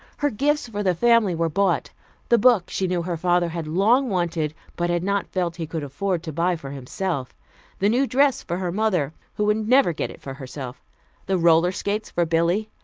her gifts for the family were bought the book she knew her father had long wanted but had not felt he could afford to buy for himself the new dress for her mother, who would never get it for herself the roller skates for billy,